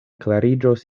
klariĝos